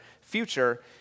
future